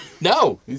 No